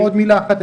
עוד מילה אחת.